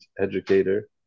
educator